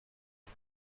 des